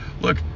Look